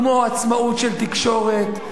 כמו עצמאות של תקשורת,